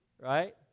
right